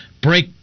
break